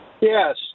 Yes